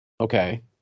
Okay